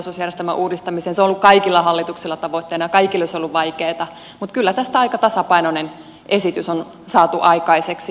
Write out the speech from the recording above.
se on ollut kaikilla hallituksilla tavoitteena ja kaikilla olisi ollut vaikeata mutta kyllä tästä aika tasapainoinen esitys on saatu aikaiseksi